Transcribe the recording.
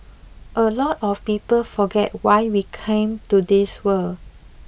a lot of people forget why we came to this world